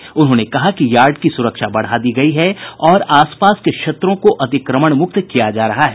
श्री महेश्वरी ने कहा कि वार्ड की सुरक्षा बढ़ा दी गई है और आस पास के क्षेत्रों को अतिक्रमण मुक्त किया जा रहा है